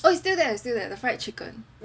oh is still there still there the fried chicken